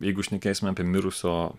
jeigu šnekėsime apie mirusio